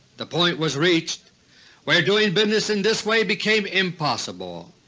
the point was reached where doing and business in this way became impossible.